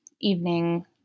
evening –